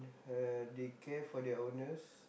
uh they care for their owners